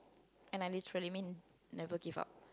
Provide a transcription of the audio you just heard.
and like it's really mean never give up